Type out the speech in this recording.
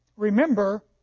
Remember